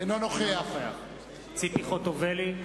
אינו נוכח ציפי חוטובלי,